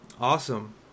Awesome